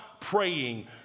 praying